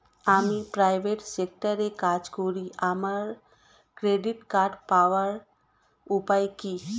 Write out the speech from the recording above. আমি প্রাইভেট সেক্টরে কাজ করি আমার ক্রেডিট কার্ড পাওয়ার উপায় কি?